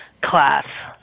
class